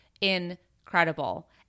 incredible